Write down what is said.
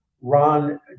Ron